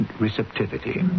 receptivity